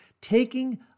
taking